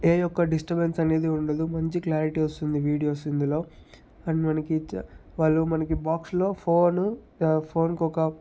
ఏ యొక్క డిస్టబెన్స్ అనేది ఉండదు మంచి క్లారిటీ వస్తుంది వీడియోస్ ఇందులో అండ్ మనకి చ వాళ్ళు మనకి బాక్సులో ఫోన్ ఫోన్కొక